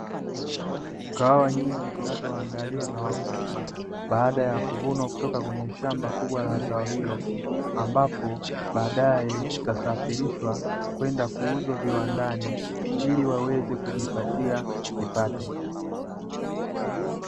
Kahawa nyingi zinazoandaliwa na wakulima, baada ya kuvunwa kutoka kwenye shamba kubwa la zao hilo, ambapo baadaye zitasafirishwa kwenda kuuzwa viwandani ili waweze kujipatia kipato.